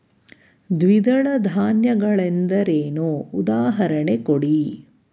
ದ್ವಿದಳ ಧಾನ್ಯ ಗಳೆಂದರೇನು, ಉದಾಹರಣೆ ಕೊಡಿ?